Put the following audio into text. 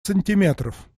сантиметров